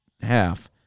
half